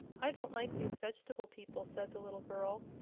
i don't like these veg'table people, said the little girl.